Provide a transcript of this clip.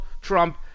Trump